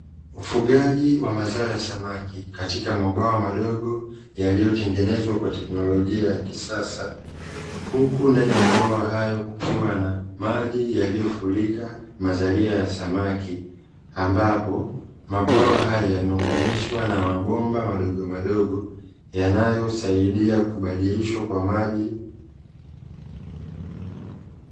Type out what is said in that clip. Ufugaji wa mazao ya samaki katika mabwawa madogo yaliyotengenezwa kwa teknlojia ya kisasa. Huku ndani ya mabwawa hayo kukiwa na maji yaliyofurika mazalia ya samaki ambapo mabwaya haya yameunganishwa na mabomba madogo madogo, yanayosaidia kubadilishwa kwa maji.